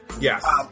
Yes